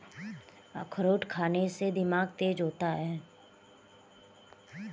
अखरोट खाने से दिमाग तेज होता है